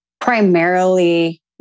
primarily